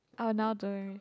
oh now don't